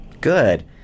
Good